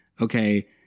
okay